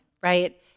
right